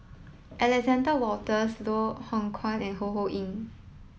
Alexander Wolters Loh Hoong Kwan and Ho Ho Ying